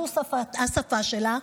זו השפה שלה,